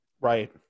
Right